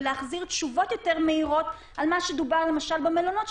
ולהחזיר תשובות יותר מהירות על מה שדובר למשל במלונות,